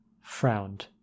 Frowned